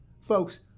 Folks